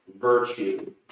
virtue